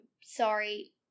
sorry